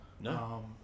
No